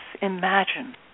imagine